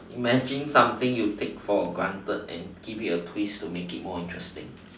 imagine something you take for granted and give it a twist to make it more interesting